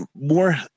more